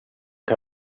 che